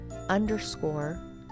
underscore